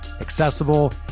accessible